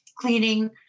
cleaning